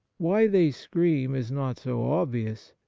why they scream is not so obvious.